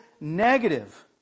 negative